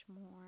more